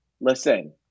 listen